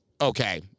Okay